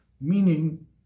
meaning